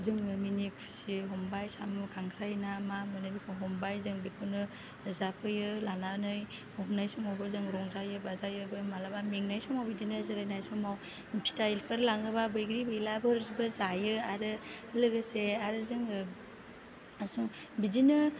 जोङो मिनि खुसि हमबाय साम' खांख्राइ ना मा मोनो बेखौ हमबाय जों बेखौनो जाफैयो लानानै हमनाय समावबो जों रंजायो बाजायोबो मालाबा मेंनाय समाव बिदिनो जिरायनाय समाव फिथाइफोर लाङोबा ब्रैगि बैलाफोरबो जायो आरो लोगोसे आरो जोङो बिदिनो